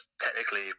Technically